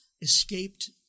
escaped